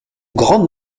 grandes